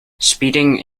speeding